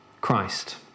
Christ